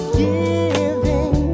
giving